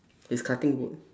he's cutting wood